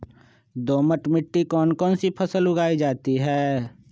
दोमट मिट्टी कौन कौन सी फसलें उगाई जाती है?